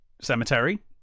Cemetery